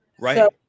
Right